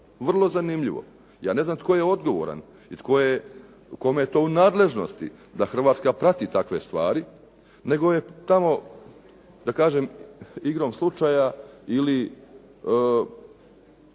Vrlo zanimljivo. Ja ne znam tko je odgovoran i kome je to u nadležnosti da Hrvatska prati takve stvari nego je tamo da kažem igrom slučaja ili